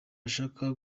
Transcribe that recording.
ashaka